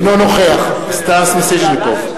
אינו נוכח סטס מיסז'ניקוב,